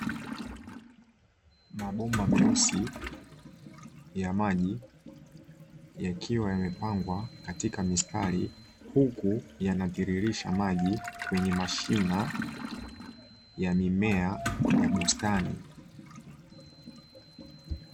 Mabomba meusi ya maji yakiwa yamepangwa katika mistari, huku yana tiririrsha maji kwenye mashina ya mimea ya bustani.